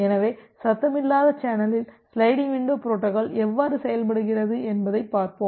எனவே சத்தமில்லாத சேனலில் சிலைடிங் விண்டோ பொரோட்டோகால் எவ்வாறு செயல்படுகிறது என்பதைப் பார்ப்போம்